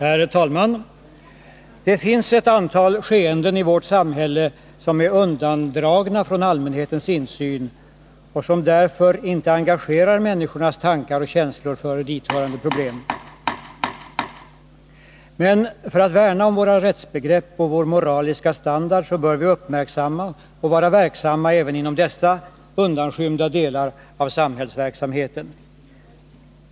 Herr talman! Det finns ett antal skeenden i vårt samhälle som är undandragna från allmänhetens insyn och som därför inte engagerar människornas tankar och känslor för dithörande problem. Men för att värna om våra rättsbegrepp och vår moraliska standard bör vi uppmärksamma och vara verksamma även inom dessa undanskymda delar av samhällsverksamheten.